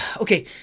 Okay